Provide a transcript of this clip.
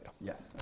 Yes